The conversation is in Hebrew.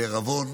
זה עירבון,